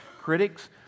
Critics